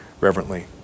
reverently